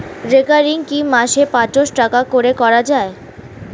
Recurring কি মাসে পাঁচশ টাকা করে করা যায়?